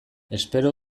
espero